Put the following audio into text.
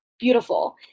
beautiful